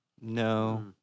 No